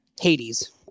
hades